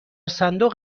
صندوق